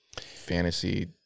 fantasy